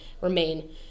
remain